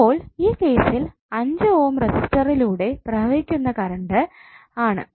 അപ്പോൾ ഈ കേസിൽ 5 ഓം റെസിസ്റ്ററിലൂടെ പ്രവഹിക്കുന്ന കറണ്ട് ആണ്